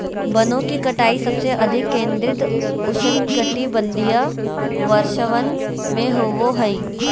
वनों की कटाई सबसे अधिक केंद्रित उष्णकटिबंधीय वर्षावन में होबो हइ